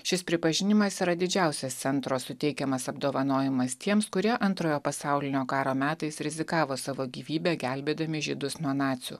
šis pripažinimas yra didžiausias centro suteikiamas apdovanojimas tiems kurie antrojo pasaulinio karo metais rizikavo savo gyvybe gelbėdami žydus nuo nacių